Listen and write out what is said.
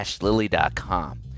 lily.com